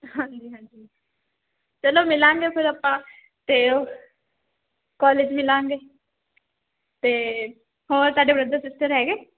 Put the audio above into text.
ਹਾਂਜੀ ਹਾਂਜੀ ਚਲੋ ਮਿਲਾਂਗੇ ਫਿਰ ਆਪਾਂ ਅਤੇ ਉਹ ਕੋਲੇਜ ਮਿਲਾਂਗੇ ਅਤੇ ਹੋਰ ਤੁਹਾਡੇ ਬ੍ਰਦਰ ਸੀਸਟਰ ਹੈਗੇ